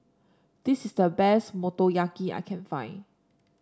this is the best Motoyaki I can find